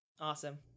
Awesome